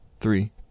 three